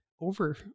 over